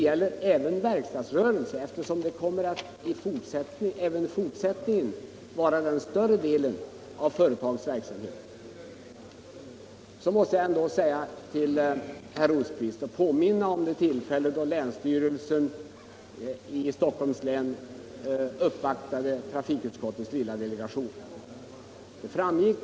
Sedan måste jag påminna herr Rosqvist om det tillfälle då länsstyrelsen i Stockholms län uppvaktade traftkutskotets lilla delegation angående Finnboda varv.